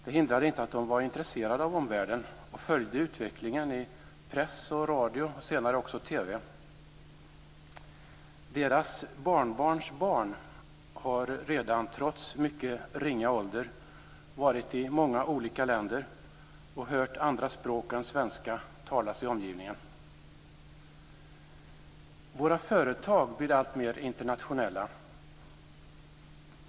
Det hindrade inte att de var intresserade av omvärlden och följde utvecklingen i press och radio och senare också i TV. Deras barnbarnsbarn har redan, trots mycket ringa ålder, varit i många olika länder och hört andra språk än svenska talas i omgivningen. Våra företag blir alltmer internationella.